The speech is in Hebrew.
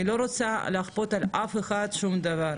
אני לא רוצה לכפות על אף אחד שום דבר,